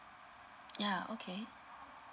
yeah okay